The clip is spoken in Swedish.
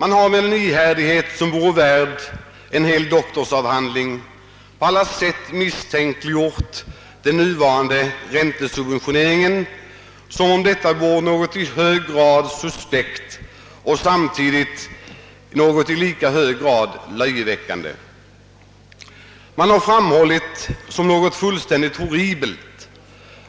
Man har med en ihärdighet, som vore värd en hel doktorsavhandling, på alla sätt misstänkliggjort den nuvarande räntesubventioneringen, som om detta vore någonting i hög grad suspekt och samtidigt någonting i lika hög grad löjeväckande. Man har framhållit såsom fullständigt horribelt,